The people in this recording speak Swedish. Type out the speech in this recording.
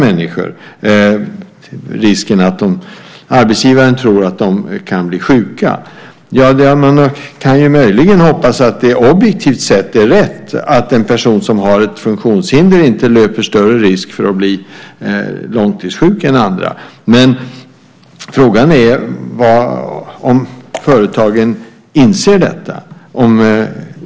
Det gäller alltså risken att arbetsgivaren tror att de kan bli sjuka. Ja, man kan ju möjligen hoppas att det objektivt sett är så att en person som har ett funktionshinder inte löper större risk att bli långtidssjuk än andra, men frågan är om företagen inser detta.